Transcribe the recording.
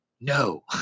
no